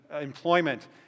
employment